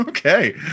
Okay